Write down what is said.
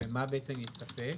ומה יספק.